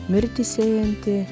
mirtį sėjanti